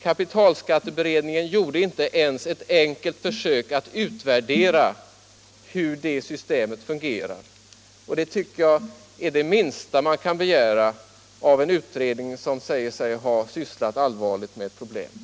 Kapitalskatteberedningen gjorde inte ens ett enkelt försök att utvärdera hur det systemet fungerar. Det tycker jag är det minsta man kan begära av en utredning som säger sig ha sysslat allvarligt med problemet.